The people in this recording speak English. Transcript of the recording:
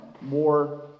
more